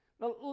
Now